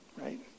right